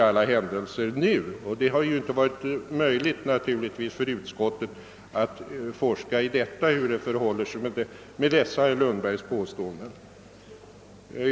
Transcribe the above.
Det har tyvärr inte varit möjligt för utskottet att forska i hur det förhåller sig med herr Lundbergs påståenden.